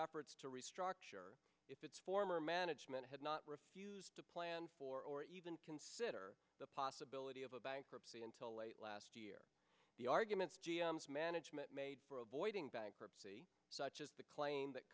efforts to restructure if its former management had not refused to plan for or even consider the possibility of a bankruptcy until late last year the arguments g m management made for avoiding bankruptcy such as the claim that